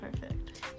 perfect